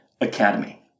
Academy